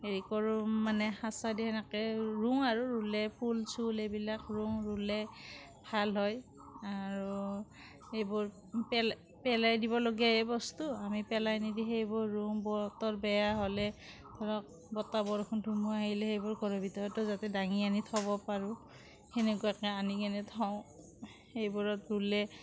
হেৰি কৰোঁ মানে সাচা দি এনেকে ৰুওঁ আৰু ৰুলে ফুল চুল ৰুও ৰুলে ভাল হয় আৰু এইবোৰ পেলাই দিবলগীয়া বস্তুৱে হয় কিন্তু আমি পেলাই নিদি সেইবোৰ ৰুওঁ বতৰ বেয়া হ'লে ধৰক বতাহ বৰষুণ ধুমুহা আহিলে সেইবোৰ ঘৰৰ ভিতৰতে যাতে দঙি আনি থ'ব পাৰোঁ সেনেকৈ আনি পেলাই থওঁ সেইবোৰত ৰুলে